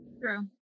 True